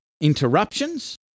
interruptions